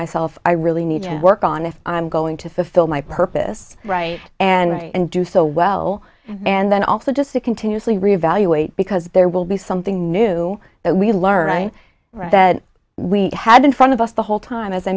myself i really need to work on if i'm going to fulfill my purpose right and do so well and then also just to continuously re evaluate because there will be something new that we learn i right that we had in front of us the whole time as i